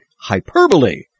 Hyperbole